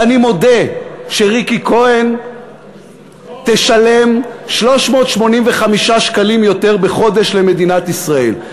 ואני מודה שריקי כהן תשלם 385 שקלים יותר בחודש למדינת ישראל.